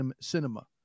cinema